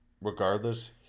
regardless